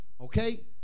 okay